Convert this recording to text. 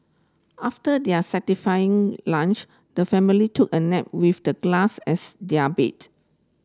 after their satisfying lunch the family took a nap with the glass as their bed